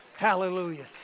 Hallelujah